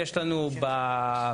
אני הממונה על פניות הציבור,